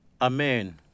Amen